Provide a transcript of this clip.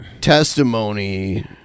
testimony